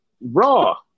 Raw